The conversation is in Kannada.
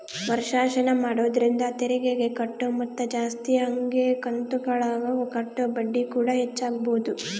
ವರ್ಷಾಶನ ಮಾಡೊದ್ರಿಂದ ತೆರಿಗೆಗೆ ಕಟ್ಟೊ ಮೊತ್ತ ಜಾಸ್ತಗಿ ಹಂಗೆ ಕಂತುಗುಳಗ ಕಟ್ಟೊ ಬಡ್ಡಿಕೂಡ ಹೆಚ್ಚಾಗಬೊದು